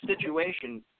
situation